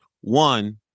One